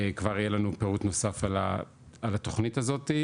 כבר יהיה לנו פירוט נוסף על התוכנית הזאת.